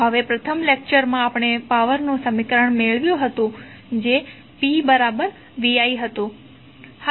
તો હવે પ્રથમ લેક્ચર માં આપણે પાવરનું સમીકરણ મેળવ્યું હતું જે pvi હતું